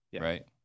right